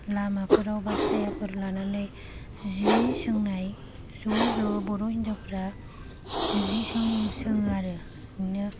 लामाफोराव बा सायाफोर लानानै जि सोंनाय ज' ज' बर' हिन्जावफोरा जि सों सोङो आरो नुयो